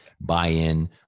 buy-in